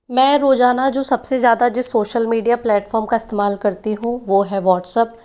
मैं रोजाना जो सबसे ज़्यादा जो सोशल मीडिया प्लेटफॉर्म का इस्तेमाल करती हूँ वो है व्हाट्सप्प